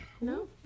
No